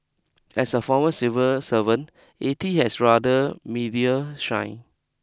as a former civil servant A T has rather media shy